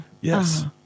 Yes